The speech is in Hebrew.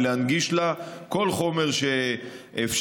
ולהנגיש לה כל חומר שאפשר.